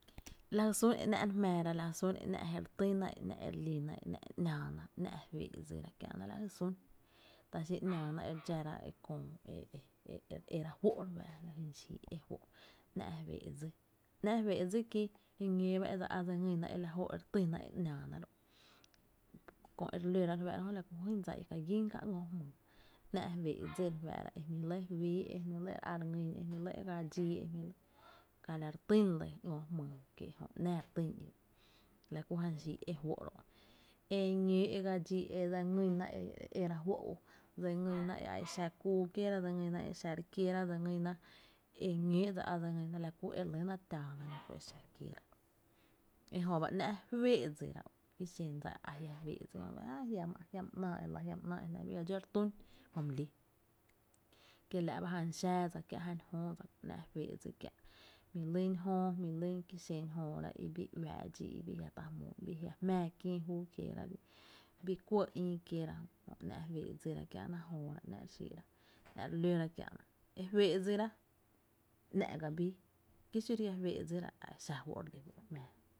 La jy sún e ‘nⱥ’ re jmⱥⱥra lajy sún de ‘nⱥ’ je re tyna e ‘nⱥ’ e re lína e ‘nⱥ’ ‘nⱥⱥna e ‘nⱥ’ fee´ dsira Kiä’na la jy sún ta xi ‘nⱥⱥna e e e re dxára köö e era juó’ re fáá’ra, lajyn xii’ i é juó’ ‘nⱥ’ e fee’ dsi, ‘nⱥ’ fee’ dsi ki e ñóo ba jy e dsa a dse ngýna e la jóó’ e re týn a ‘nⱥⱥna ro’, köö e re lóra re áá’ra jö, la ku jyn dsa i ka gín kää ngö’ jmyy, ‘nⱥ’ féé’ dsi ro’ e jmí’ lɇ fí e jmí’ lɇ re á re ngýn, e jmí’ lɇ e ga dxii e jmí’ lɇ ka la re týn lɇ ngöö’ jmyy ki je jö ‘nⱥⱥ re týn, la kú jan xii’ i é’ fó’ ro’ e ñóo e ga dxii e dse ngyna e re éra juó’ u, dse ngýna e a exa kuu kieera, dse ngýna e a exa re kiera dse ngýna e ñóo e dse á dse ngyna e la ku re lyna tⱥⱥ na e xa kieera kö, e jöba ‘nⱥ’ féé’ dsira ki xen dsa i a jia’ fee’ dsi, áá jiama ‘nⱥⱥ e lⱥ jiama ‘nⱥⱥ bii ga dxó re tún jö my lii, kiela ba jn xáádsa kiä’ jan jöödsa, ‘nⱥ’ fee’ dsi kiä’ jmí’ lyn jöö jmí’ lyn ki xen jööra i bii uⱥ’ dxí a jia’ ta jmóó i jia’ jmⱥⱥ kïï júu kié’ ra, bii kuɇ ïï kieera jö ‘nⱥ’ fee’ dsira kiä’na jöiöra ‘nⱥ’ re xíí’ra, ‘nⱥ’ re lóra kiä’na, e fee’ dsi ‘nⱥ’ bii kí xiro a jia’ fee’ dsira, a exa re lí fó’ re jmⱥⱥ.